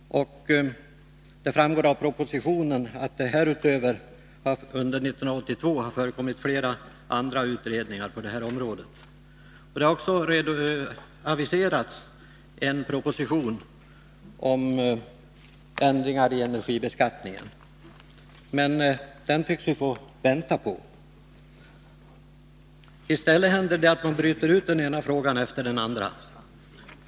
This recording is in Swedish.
Det framgår av propositionen att det härutöver under 1982 har förekommit flera andra utredningar på det här området. Man har också aviserat en proposition om ändringar i energibeskattningen, men den tycks vi få vänta på. I stället händer det att man bryter ut den ena frågan efter den andra.